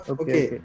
okay